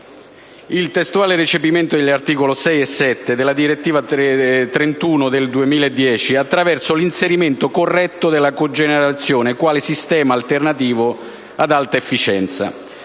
il testuale recepimento degli articoli 6 e 7 della direttiva 2010/31/UE, attraverso l’inserimento corretto della cogenerazione quale sistema alternativo ad alta efficienza.